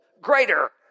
greater